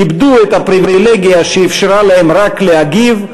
איבדו את הפריבילגיה שאפשרה להם רק להגיב,